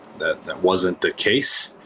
that. that wasn't the case.